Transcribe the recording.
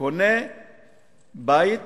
קונה בית